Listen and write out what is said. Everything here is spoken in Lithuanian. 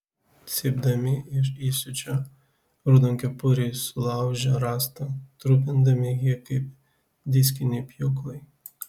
cypdami iš įsiūčio raudonkepuriai sulaužė rąstą trupindami jį kaip diskiniai pjūklai